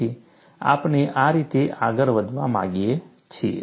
તેથી આપણે આ રીતે આગળ વધવા માંગીએ છીએ